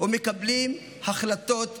ומקבלים החלטות יחד.